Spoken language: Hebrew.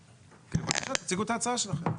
כן, בבקשה, תציגו את ההצעה שלכם.